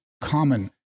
common